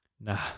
Nah